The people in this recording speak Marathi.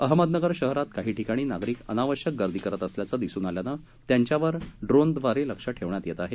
अहमदनगर शहरात काही ठिकाणी नागरिक अनावश्यक गर्दी करत असल्याचे दिसून आल्याने त्यांच्यावर ड्रोन दवारे लक्ष ठेवण्यात येत आहे